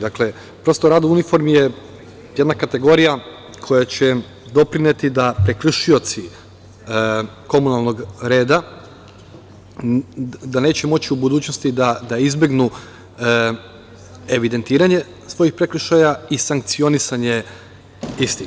Dakle, rad u uniformi je jedna kategorija koja će doprineti da prekršioci komunalnog reda neće moći u budućnosti da izbegnu evidentiranje svojih prekršaja i sankcionisanje istih.